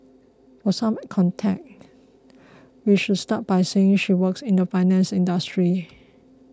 for some context we should start by saying she works in the finance industry